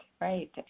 right